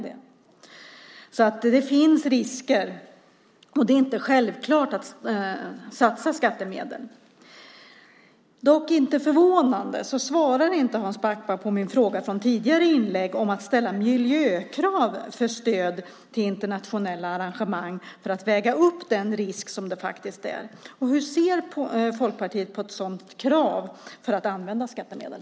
Det finns alltså risker. Det är inte självklart att satsa skattemedel. Dock - inte förvånande - svarar inte Hans Backman på min fråga i ett tidigare inlägg om att ställa miljökrav för stöd till internationella arrangemang för att väga upp den risk som det faktiskt är fråga om. Hur ser Folkpartiet på ett sådant krav när det gäller att använda skattemedel?